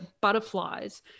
butterflies